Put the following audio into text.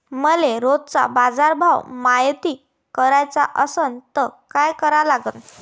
मले रोजचा बाजारभव मायती कराचा असन त काय करा लागन?